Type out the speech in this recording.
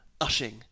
ushing